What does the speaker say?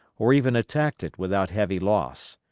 or even attacked it without heavy loss.